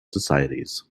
societies